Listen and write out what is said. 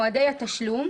מועדי התשלום